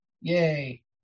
Yay